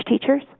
teachers